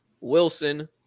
Wilson